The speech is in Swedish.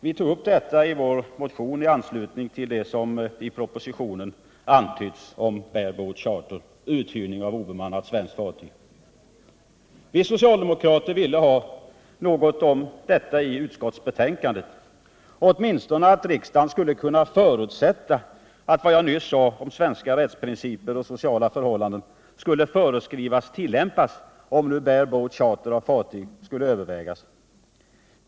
Vi tog upp detta i vår motion i anslutning till det som i propositionen antytts om bare-boat charter. Vi socialdemokrater ville ha dessa synpunkter med i utskottsbetänkandet, åtminstone att riksdagen förutsatte att svenska rättsprinciper och sociala förhållanden skulle föreskrivas bli beaktade, om bare-boat charter av fartyg skulle övervägas.